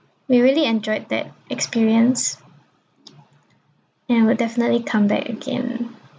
we really enjoyed that experience and would definitely come back again